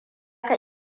ka